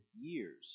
years